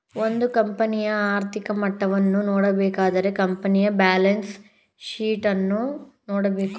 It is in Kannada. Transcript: ಒಂದು ಕಂಪನಿಯ ಆರ್ಥಿಕ ಮಟ್ಟವನ್ನು ನೋಡಬೇಕಾದರೆ ಕಂಪನಿಯ ಬ್ಯಾಲೆನ್ಸ್ ಶೀಟ್ ಅನ್ನು ನೋಡಬೇಕು